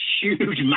huge